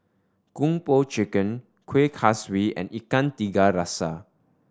Kung Po Chicken Kuih Kaswi and Ikan Tiga Rasa